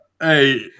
Hey